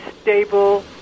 stable